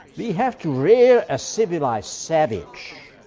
we have to rear a civilized savage,